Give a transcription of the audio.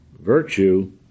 Virtue